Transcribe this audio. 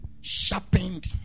sharpened